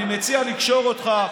אני מציע שנקשור אותך,